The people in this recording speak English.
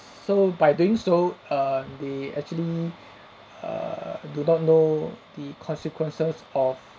so by doing so um they actually err do not know the consequences of